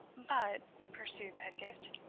but, pursued pedgift,